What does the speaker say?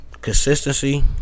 Consistency